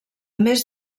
més